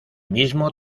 mismo